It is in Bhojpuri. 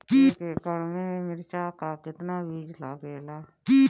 एक एकड़ में मिर्चा का कितना बीज लागेला?